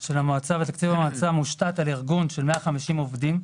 של המועצה ותקציב המועצה מושתת על ארגון של 150 עובדים,